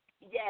yes